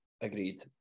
Agreed